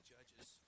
Judges